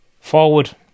Forward